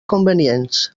convenients